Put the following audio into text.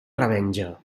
revenja